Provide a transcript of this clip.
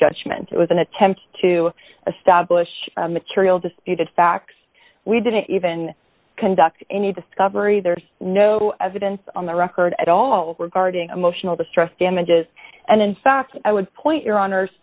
judgment it was an attempt to establish material disputed facts we didn't even conduct any discovery there's no evidence on the record at all regarding emotional distress damages and in fact i would point your hono